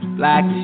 black